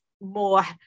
more